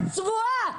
את צבועה.